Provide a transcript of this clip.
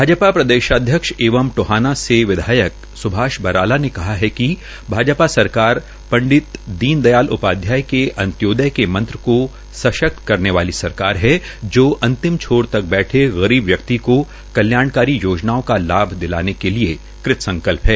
भाजपा प्रदेशाध्यक्ष एंव टोहाना से विधायक सुभाष बराला ने कहा है कि भाजपा सरकार पंडित दीन दयाल उपाध्याय के अंत्योदय के मंत्र को सशक्त करने वाली सरकार है जो अंतिम छोर तक बैठे गरीब व्यक्ति को कल्याणकारी योजनाओं का लाभ दिलाने के लिए कृत संकल्प है